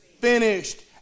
finished